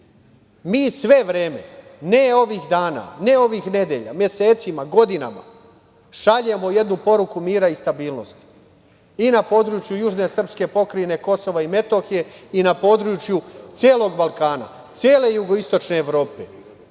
sve vreme, ne ovih dana, ne ovih nedelja, mesecima i godinama šaljemo jednu poruku mira i stabilnosti i na području južne srpske pokrajine Kosova i Metohije, i na području celog Balkana, cele jugoistočne Evrope.